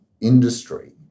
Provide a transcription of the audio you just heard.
industry